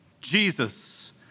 Jesus